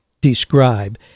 describe